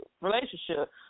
relationship